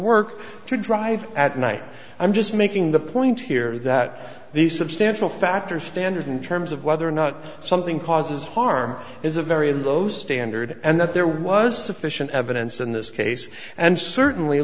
work to drive at night i'm just making the point here that these substantial factors standard in terms of whether or not something causes harm is a very low standard and that there was sufficient evidence in this case and certainly